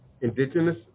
indigenous